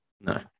no